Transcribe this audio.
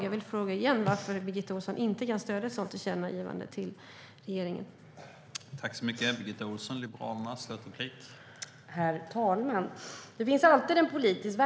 Jag vill fråga igen varför Birgitta Ohlsson inte kan stödja ett sådant tillkännagivande till regeringen.